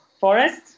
forest